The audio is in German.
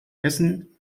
essen